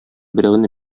берәүне